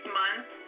months